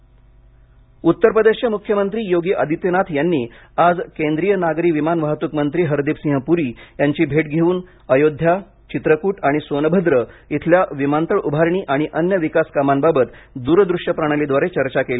विमानतळ विकास उत्तर प्रदेशचे मुख्यमंत्री योगी आदित्यनाथ यांनी आज केंद्रीय नागरी विमान वाहतूक मंत्री हरदीप सिंह पुरी यांची भेट घेऊन अयोध्या चित्रकुट आणि सोनभद्र येथील विमानतळ उभारणी आणि अन्य विकास कामांबाबत दूरदृश्य प्रणालीद्वारे चर्चा केली